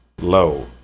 low